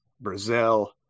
Brazil